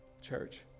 church